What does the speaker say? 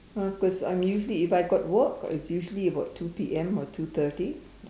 uh cause I'm usually if I got work it's usually about two P_M or two thirty